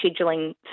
scheduling